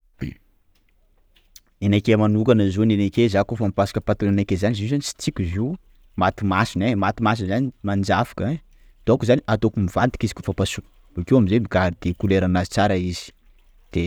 Ny anakahy manokana zao ny anakay za kôfa mipasoka patalohanakay zany, izy io zany tsy tiako izy io; maty masony e! maty masony zany manjafoka; ein! _x000D_ Donc zany ataoko mivadika izy koa fa pasoko, bokeo amzay mi-gardé couleur-nazy tsara izy.